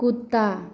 कुत्ता